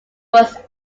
was